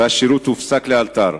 והשירות הופסק לאלתר.